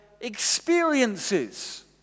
experiences